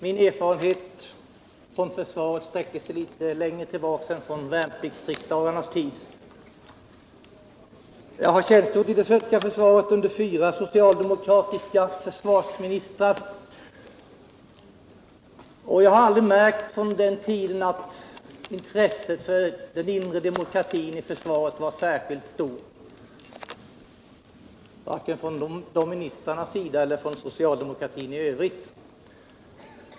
Min erfarenhet från försvaret sträcker sig längre tillbaka än till värnpliktsriksdagarnas tid. Jag har tjänstgjort inom det svenska försvaret under fyra socialdemokratiska försvarsministrar och har aldrig från den tiden märkt att intresset för den inre demokratin i försvaret var särskilt stort vare sig från de ministrarnas sida eller från socialdemokratin i övrigt.